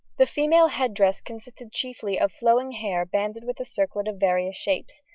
the female head-dress consisted chiefly of flowing hair banded with a circlet of various shapes,